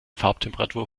farbtemperatur